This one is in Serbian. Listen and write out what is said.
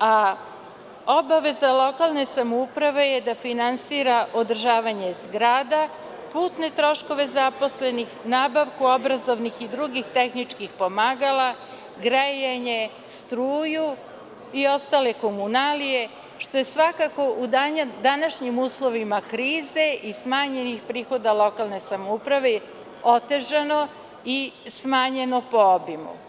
a obaveza lokalne samouprave je da finansira održavanje zgrada, putne troškove zaposlenih, nabavku obrazovnih i drugih tehničkih pomagala, grejanje, struju i ostale komunalije, što je svakako u današnjim uslovima krize i smanjenih prihoda lokalnoj samoupravi otežano i smanjeno po obimu.